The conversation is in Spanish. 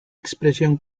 expresión